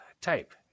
type